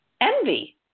envy